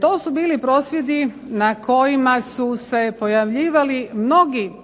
To su bili prosvjedi na kojima su se pojavljivali mnogi zastupnici